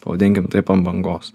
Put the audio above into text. pavadinkim taip ant bangos